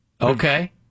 Okay